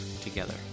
together